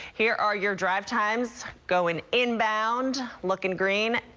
here are your drive times. going inbound, looking green.